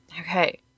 Okay